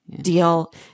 deal